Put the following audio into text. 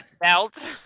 belt